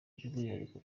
by’umwihariko